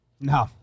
No